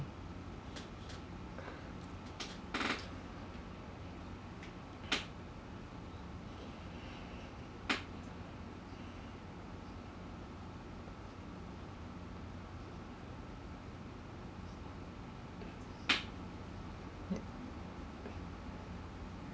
hmm